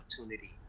opportunity